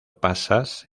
pasas